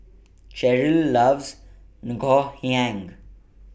Cherryl loves Ngoh Hiang